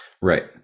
Right